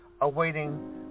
awaiting